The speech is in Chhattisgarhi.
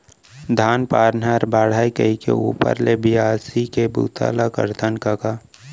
धान पान हर बाढ़य कइके ऊपर ले बियासी के बूता ल करथव कका